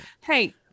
Hey